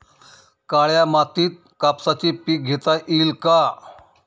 काळ्या मातीत कापसाचे पीक घेता येईल का?